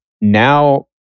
Now